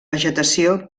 vegetació